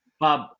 Bob